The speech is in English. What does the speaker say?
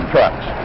Trucks